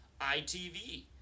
ITV